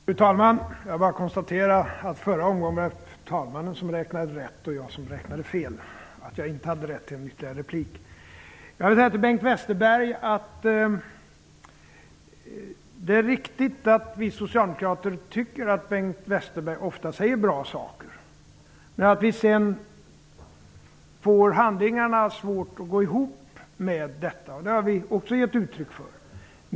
Fru talman! Jag kan konstatera att det i förra omgången var fru talmannen som räknade rätt och jag som räknade fel. Jag hade inte rätt till ytterligare replik. Det är riktigt att vi socialdemokrater tycker att Bengt Westerberg ofta säger bra saker. Men sedan är det svårt att få hans handlingar att gå ihop med hans uttalanden. Detta har vi också givit uttryck för.